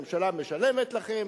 הממשלה משלמת לכם,